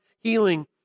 healing